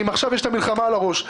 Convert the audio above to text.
אם עכשיו יש מלחמה על הראש,